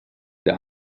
der